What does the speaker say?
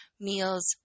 meals